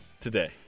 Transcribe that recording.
today